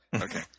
Okay